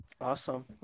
Awesome